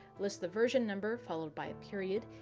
list the version number, followed by a period.